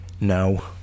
no